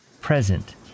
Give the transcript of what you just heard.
present